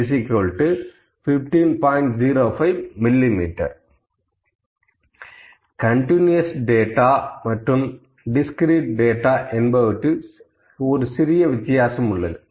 05 millimetre continuous data மற்றும் discrete data என்பவற்றில் ஒரு சிறிய வித்தியாசம் உள்ளது